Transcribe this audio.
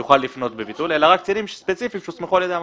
יוכל לפנות בביטול אלא רק קצינים שספציפית הוסמכו על ידי המפכ"ל.